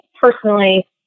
personally